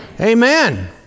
Amen